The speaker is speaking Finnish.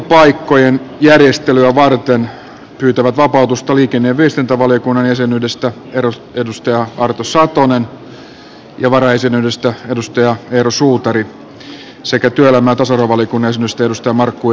valiokuntapaikkojen järjestelyä varten pyytävät vapautusta liikenne ja viestintävaliokunnan jäsenyydestä arto satonen ja varajäsenyydestä eero suutari sekä työelämä ja tasa arvovaliokunnan jäsenyydestä markku eestilä